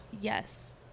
yes